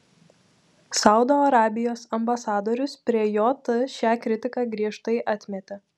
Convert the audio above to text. saudo arabijos ambasadorius prie jt šią kritiką griežtai atmetė